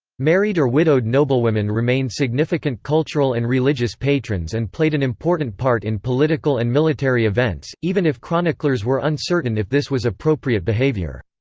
married or widowed noblewomen remained significant cultural and religious patrons and played an important part in political and military events, even if chroniclers were uncertain if this was appropriate appropriate behaviour.